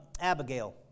Abigail